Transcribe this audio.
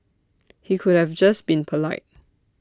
he could have just been polite